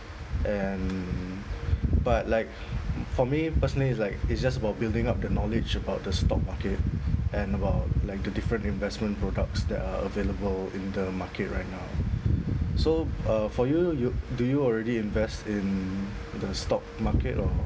and but like for me personally is like it's just about building up the knowledge about the stock market and about like the different investment products that are available in the market right now so uh for you you do you already invest in the stock market or